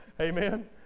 Amen